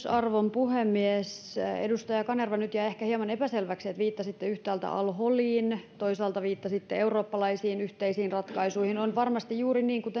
arvon puhemies edustaja kanerva nyt jäi ehkä hieman epäselväksi että viittasitte yhtäältä al holiin ja toisaalta viittasitte eurooppalaisiin yhteisiin ratkaisuihin on varmasti juuri niin kuin